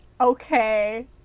Okay